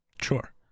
Sure